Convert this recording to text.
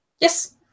Yes